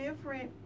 different